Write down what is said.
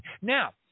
Now